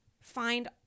find